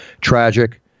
Tragic